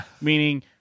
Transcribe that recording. meaning